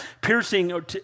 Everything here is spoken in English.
piercing